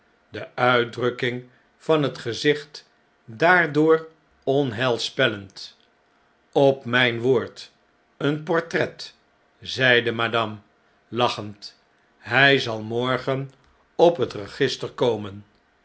de uitdrukking van het gezicht daardoor onheilspellend op mfln woord een portret zei madame lachend hij zal morgen op het register komen